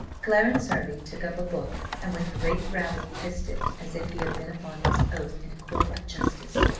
clarence hervey took up a book, and with great gravity kissed it, as if he had been upon his oath in a court of justice,